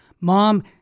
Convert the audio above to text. Mom